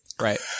Right